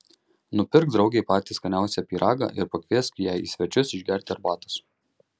nupirk draugei patį skaniausią pyragą ir pakviesk ją į svečius išgerti arbatos